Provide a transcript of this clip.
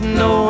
no